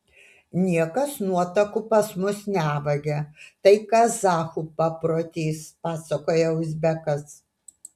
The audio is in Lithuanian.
niekas nuotakų pas mus nevagia tai kazachų paprotys pasakoja uzbekas